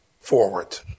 forward